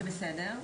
זה בסדר.